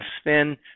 spin